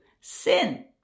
Sin